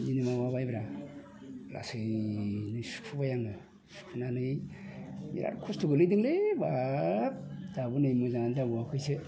बिदिनो माबाबायब्रा लासैनो सुख'बाय आङो सुख'नानै बिराद खस्थ' गोग्लैन्दोंलै बाब दाबो नै मोजांआनो जाबावाखैसो